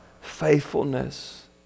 faithfulness